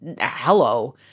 hello